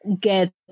get